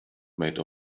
made